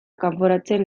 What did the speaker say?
kanporatzen